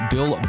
Bill